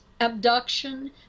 abduction